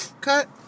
cut